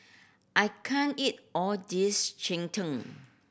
I can't eat all this cheng tng